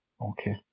Okay